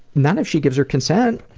not if she gives her consent,